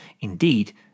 Indeed